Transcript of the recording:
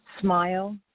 smile